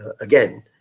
again